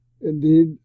Indeed